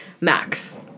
max